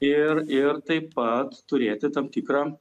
ir ir taip pat turėti tam tikrą